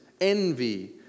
envy